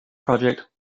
project